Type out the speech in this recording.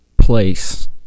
place